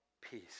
peace